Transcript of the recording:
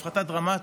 הפחתה דרמטית.